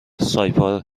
سایپا